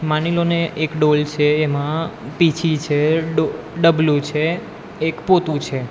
માનીલોને એક ડોલ છે એમાં પીંછી છે ડો ડબલું છે એક પોતું છે